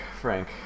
Frank